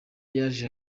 yaje